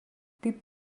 kaip